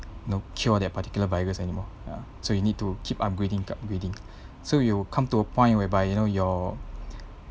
know cure their particular virus anymore ya so you need to keep upgrading upgrading so you come to a point whereby you know your